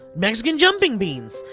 mexican jumping beans!